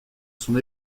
son